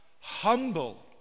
humble